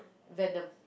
Venom